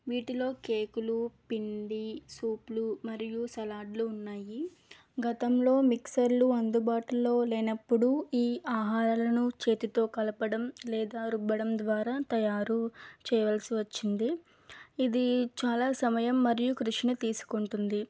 వీటిలో కేకులు పిండి సూపులు మరియు సలాడ్లు ఉన్నాయి గతంలో మిక్సర్లు అందుబాటులో లేనప్పుడు ఈ ఆహారాలను చేతితో కలపడం లేదా రుబ్బడం ద్వారా తయారు చేయవలసి వచ్చింది ఇది చాలా సమయం మరియు కృషిని తీసుకుంటుంది